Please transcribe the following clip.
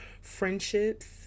Friendships